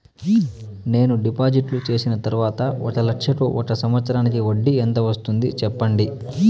నేను డిపాజిట్లు చేసిన తర్వాత ఒక లక్ష కు ఒక సంవత్సరానికి వడ్డీ ఎంత వస్తుంది? సెప్పండి?